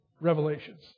revelations